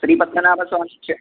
ശ്രീ പദ്മനാഭസ്വാമി ക്ഷേത്രം